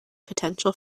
potential